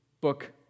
book